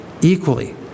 equally